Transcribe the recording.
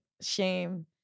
shame